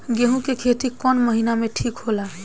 गेहूं के खेती कौन महीना में ठीक होला?